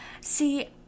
See